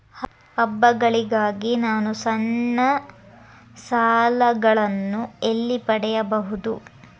ಹಬ್ಬಗಳಿಗಾಗಿ ನಾನು ಸಣ್ಣ ಸಾಲಗಳನ್ನು ಎಲ್ಲಿ ಪಡೆಯಬಹುದು?